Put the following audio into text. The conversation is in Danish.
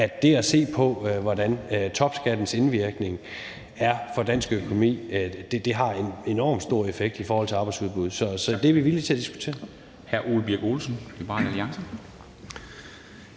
at det at se på, hvordan topskattens indvirkning er på dansk økonomi, kan have en enormt stor effekt i forhold til arbejdsudbuddet, så det er vi villige til at diskutere.